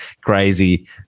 crazy